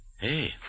Hey